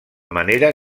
manera